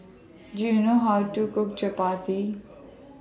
Do YOU know How to Cook Chapati